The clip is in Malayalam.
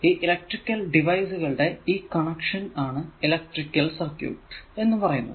ഈ ഇലെക്ട്രിക്കൽ ഡിവൈസുകളുടെ ഈ കണക്ഷൻ ആണ് ഇലെക്ട്രിക്കൽ സർക്യൂട് എന്ന് പറയുന്നത്